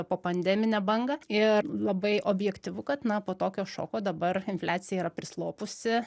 popandeminę bangą ir labai objektyvu kad na po tokio šoko dabar infliacija yra prislopusi